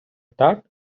так